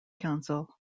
council